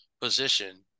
position